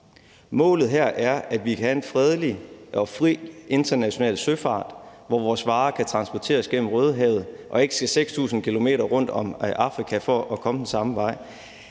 Målet her er, at vi kan have en fredelig og fri international søfart, hvor vores varer kan transporteres gennem Det Røde Hav og ikke skal 6.000 km rundt om Afrika for at komme samme sted